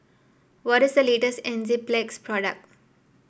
what is the latest Enzyplex product